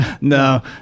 no